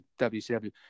WCW